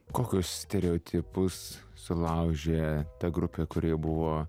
kokius stereotipus sulaužė ta grupė kuri buvo